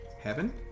heaven